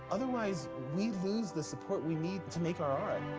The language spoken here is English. otherwise we lose the support we need to make our art.